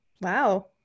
wow